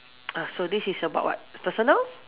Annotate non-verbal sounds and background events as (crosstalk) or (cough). (noise) ah so this is about what personal